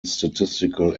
statistical